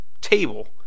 table